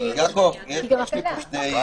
כשיש תקלה.